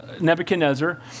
Nebuchadnezzar